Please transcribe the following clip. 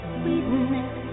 sweetness